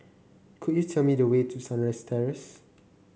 could you tell me the way to Sunrise Terrace